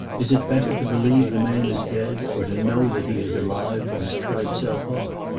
is it better to believe the man is dead, or to know that he is alive, but has cut himself off?